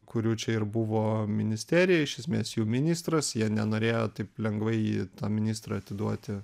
kurių čia ir buvo ministerija iš esmės jų ministras jie nenorėjo taip lengvai į tą ministrą atiduoti